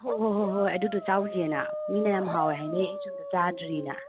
ꯍꯣꯏ ꯍꯣꯏ ꯍꯣꯏ ꯍꯣꯏ ꯑꯗꯨꯗꯨ ꯆꯥꯎꯁꯦꯅ ꯃꯤ ꯃꯌꯥꯝ ꯍꯥꯎꯋꯦ ꯍꯥꯏꯅꯩ ꯑꯩꯁꯨ ꯑꯝꯇ ꯆꯥꯗ꯭ꯔꯤꯅ